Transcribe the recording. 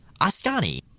Ascani